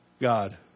God